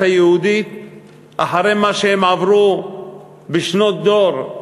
היהודית אחרי מה שהם עברו בשנות דור,